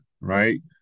right